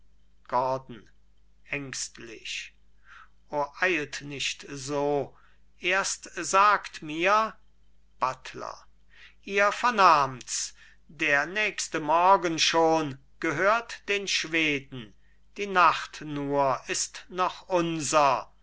gordon ängstlich o eilt nicht so erst sagt mir buttler ihr vernahmts der nächste morgen schon gehört den schweden die nacht nur ist noch unser